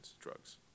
drugs